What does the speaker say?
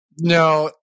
no